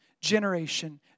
generation